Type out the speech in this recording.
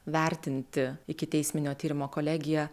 vertinti ikiteisminio tyrimo kolegiją